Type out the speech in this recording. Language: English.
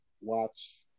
watch